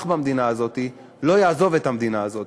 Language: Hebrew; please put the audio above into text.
במדינה הזאת לא יעזוב את המדינה הזאת.